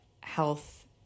health